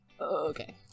Okay